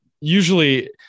usually